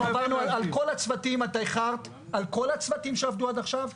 אנחנו עברנו על כל הצוותים את איחרת על כל הצוותים שעבדו עד עכשיו.